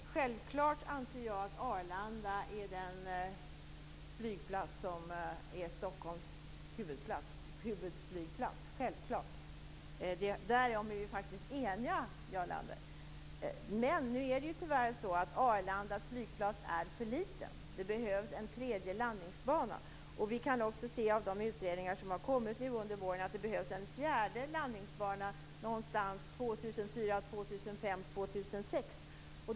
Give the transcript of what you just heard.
Herr talman! Självklart anser jag att Arlanda är Stockholms huvudflygplats. Där är vi faktiskt eniga, Jarl Lander. Men nu är det ju tyvärr så att Arlandas flygplats är för liten. Det behövs en tredje landningsbana. Vi kan också se, av de utredningar som har kommit nu under våren, att det behövs en fjärde landningsbana någon gång 2004-2006.